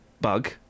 bug